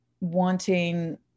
wanting